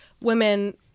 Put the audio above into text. women